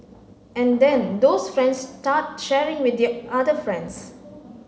and then those friends start sharing with their other friends